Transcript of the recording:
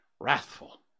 wrathful